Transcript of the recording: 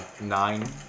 nine